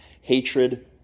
hatred